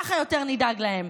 ככה יותר נדאג להם.